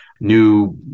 new